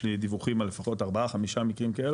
יש לי דיווחים על לפחות ארבעה חמישה מקרים כאלה,